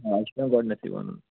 آ اَسہِ چھُ پٮ۪وان گۄڈنٮ۪تھٕے وَنُن